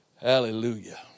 Hallelujah